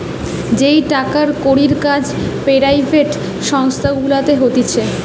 যেই টাকার কড়ির কাজ পেরাইভেট সংস্থা গুলাতে হতিছে